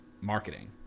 marketing